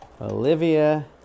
Olivia